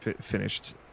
finished